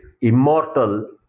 immortal